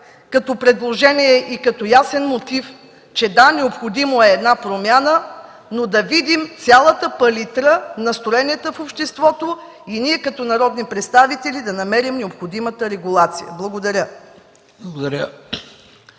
като предложения и като ясен мотив, че: да, необходима е една промяна, но да видим цялата палитра на настроенията в обществото, и ние като народни представители да намерим необходимата регулация. Благодаря.